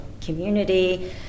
community